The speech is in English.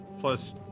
plus